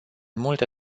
multe